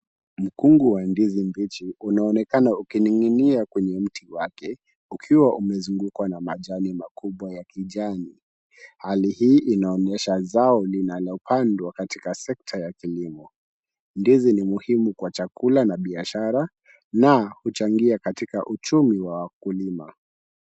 Mkungu wa ndizi mbichi unaonekana ukining'inia kwenye mti wake ukiwa umezungukwa na majani makubwa ya kijani. Hali hii inaonyesha zao linalopandwa katika sekta ya kilimo. Ndizi ni muhimu kwa chakula na biashara na huchangia katika uchumi wa wakulima.